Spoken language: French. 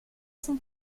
son